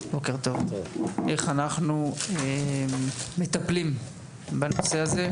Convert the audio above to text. איך אנחנו מטפלים בנושא הזה.